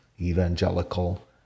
evangelical